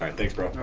thanks, bro.